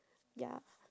ya